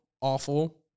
awful